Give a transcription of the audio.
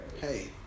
Hey